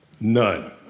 None